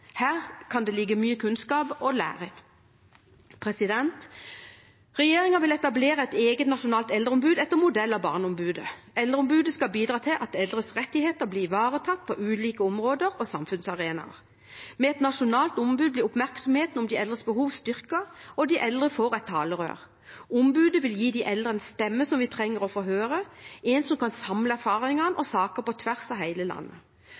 Her kan det ligge mye kunnskap og læring. Regjeringen vil etablere et eget nasjonalt eldreombud etter modell av Barneombudet. Eldreombudet skal bidra til at eldres rettigheter blir ivaretatt på ulike områder og samfunnsarenaer. Med et nasjonalt ombud blir oppmerksomheten om de eldres behov styrket, og de eldre får et talerør. Ombudet vil gi de eldre en stemme som vi trenger å få høre, en som kan samle erfaringer og saker på tvers av hele landet.